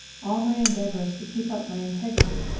all my endeavours to keep up my integrity,